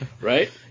Right